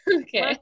okay